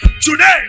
today